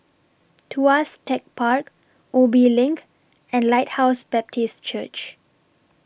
Tuas Tech Park Ubi LINK and Lighthouse Baptist Church